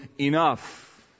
enough